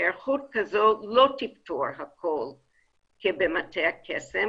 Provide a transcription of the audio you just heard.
היערכות כזאת לא תפתור הכל כבמטה קסם